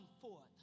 forth